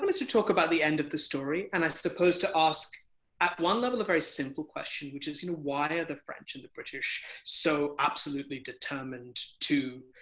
to talk about the end of the story. and i suppose to ask at one level, a very simple question, which is you know why are the french and the british so absolutely determined to